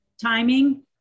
timing